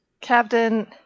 Captain